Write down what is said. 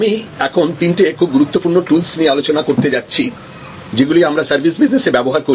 আমি এখন তিনটি খুব গুরুত্বপূর্ণ টুলস নিয়ে আলোচনা করতে যাচ্ছি যেগুলি আমরা সার্ভিস বিজনেসে ব্যবহার করি